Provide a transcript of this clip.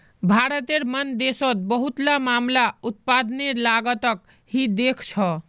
भारतेर मन देशोंत बहुतला मामला उत्पादनेर लागतक ही देखछो